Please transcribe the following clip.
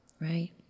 right